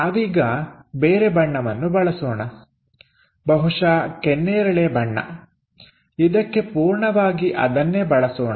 ನಾವೀಗ ಬೇರೆ ಬಣ್ಣವನ್ನು ಬಳಸೋಣ ಬಹುಶಃ ಕೆನ್ನೇರಳೆ ಬಣ್ಣ ಇದಕ್ಕೆ ಪೂರ್ಣವಾಗಿ ಅದನ್ನೇ ಬಳಸೋಣ